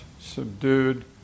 subdued